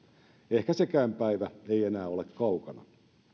ehkä sekään päivä ei enää ole kaukana